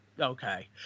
Okay